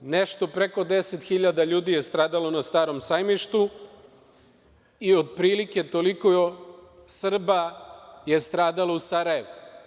Nešto preko 10.000 ljudi je stradalo na Starom sajmištu i otprilike toliko Srba je stradalo u Sarajevu.